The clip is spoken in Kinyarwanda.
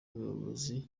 umuyobozi